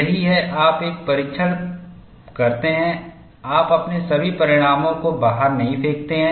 यही है आप एक परीक्षण करते हैं आप अपने सभी परिणामों को बाहर नहीं फेंकते हैं